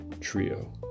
trio